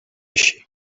així